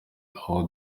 aho